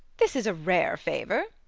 this is a rare favour!